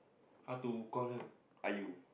how to call her Ayu